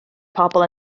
pobl